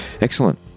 Excellent